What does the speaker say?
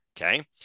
Okay